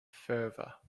fervor